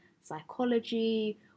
psychology